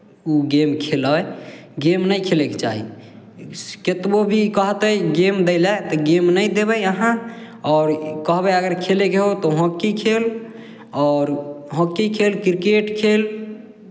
ओ game खेलै game नहि खेलयके चाही कतबो भी कहतै गेम दै लेल तऽ गेम नहि देबै अहाँ आओर कहबै अगर खेलयके हौ तऽ हॉकी खेल आओर हॉकी खेल क्रिकेट खेल